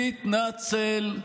תתנצל.